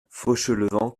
fauchelevent